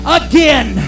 again